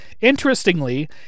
Interestingly